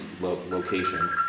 location